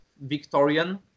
Victorian